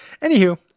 Anywho